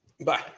Bye